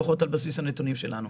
לפחות על בסיס הנתונים שלנו.